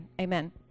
Amen